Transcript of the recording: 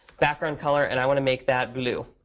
background color, and i want to make that blue.